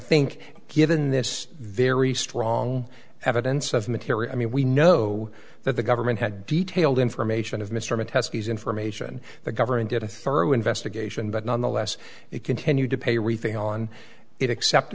think given this very strong evidence of material i mean we know that the government had detailed information of mr matesic is information the government did a thorough investigation but nonetheless he continued to pay riffing on it accept